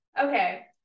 Okay